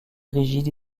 rigide